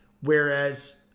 Whereas